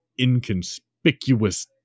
inconspicuous